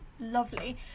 lovely